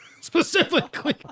specifically